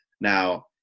Now